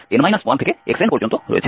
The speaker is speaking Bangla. আমাদের কাছে xn 1 থেকে xn পর্যন্ত রয়েছে